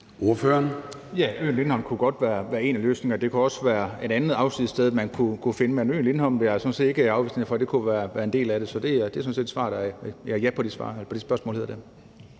(DD): Ja, øen Lindholm kunne godt være en af løsningerne. Man kunne også finde et andet afsides beliggende sted, men øen Lindholm vil jeg sådan set ikke afvise kunne være en del af det, så det er sådan set mit svar på det spørgsmål.